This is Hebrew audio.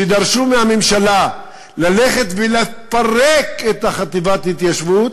שדרשו מהממשלה ללכת ולפרק את החטיבה להתיישבות,